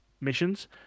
missions